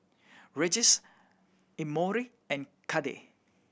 Regis Emory and Cade